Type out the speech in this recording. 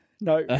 No